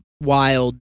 wild